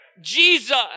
Jesus